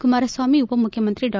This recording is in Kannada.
ಕುಮಾರಸ್ವಾಮಿ ಉಪಮುಖ್ಯಮಂತ್ರಿ ಡಾ